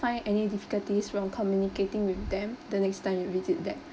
find any difficulties from communicating with them the next time you visit them